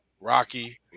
Rocky